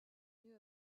knew